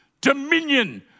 dominion